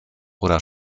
oder